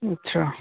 अच्छा